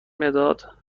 مداد